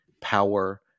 power